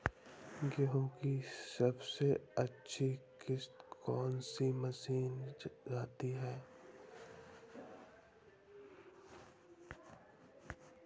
गेहूँ की सबसे अच्छी किश्त कौन सी मानी जाती है?